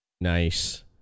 Nice